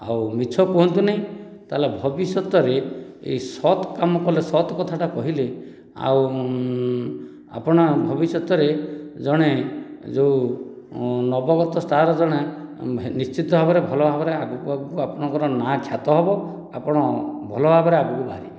ଆଉ ମିଛ କୁହନ୍ତୁନି ତାହେଲେ ଭବିଷ୍ୟତରେ ଏହି ସତ କାମ କଲେ ସତ କଥାଟା କହିଲେ ଆଉ ଆପଣ ଭବିଷ୍ୟତରେ ଜଣେ ଯେଉଁ ନବଗତ ଷ୍ଟାର ଜଣେ ନିଶ୍ଚିତ ଭାବରେ ଭଲ ଭାବରେ ଆଗକୁ ଆଗକୁ ଆପଣଙ୍କର ନା ଖ୍ୟାତ ହେବ ଆପଣ ଭଲ ଭାବରେ ଆଗକୁ ବାହାରିବେ